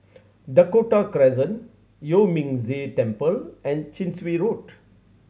Dakota Crescent Yuan Ming Si Temple and Chin Swee Road